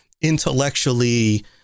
intellectually